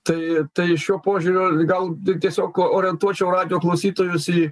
tai tai šiuo požiūriu gal tik tiesiog orientuočiau radijo klausytojus į